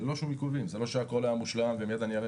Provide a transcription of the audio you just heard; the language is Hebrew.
זה לא שהכול היה מושלם ומייד אני אראה